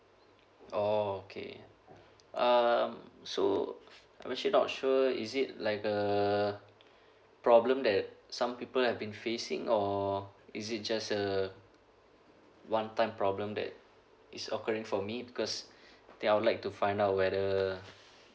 oh okay um so I'm actually not sure is it like a problem that some people have been facing or is it just a one time problem that is occurring for me because then I'd like to find whether